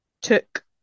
took